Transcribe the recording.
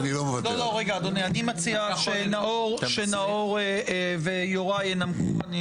אני מציע שנאור ויוראי ינמקו.